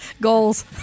Goals